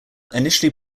initially